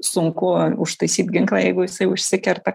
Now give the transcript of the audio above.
sunku užtaisyt ginklą jeigu jisai užsikerta